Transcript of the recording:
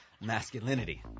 masculinity